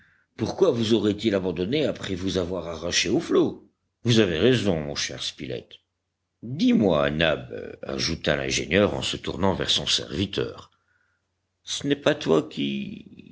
pourquoi vous aurait-il abandonné après vous avoir arraché aux flots vous avez raison mon cher spilett dis-moi nab ajouta l'ingénieur en se tournant vers son serviteur ce n'est pas toi qui